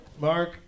Mark